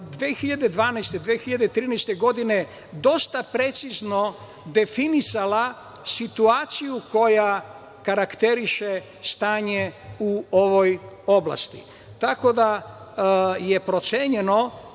2012, 2013. godine dosta precizno definisala situaciju koja karakteriše stanje u ovoj oblasti, tako da je procenjeno